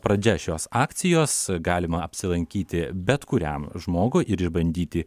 pradžia šios akcijos galima apsilankyti bet kuriam žmogui ir išbandyti